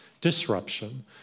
disruption